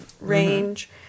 range